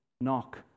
knock